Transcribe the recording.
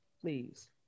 Please